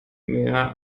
mehr